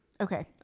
Okay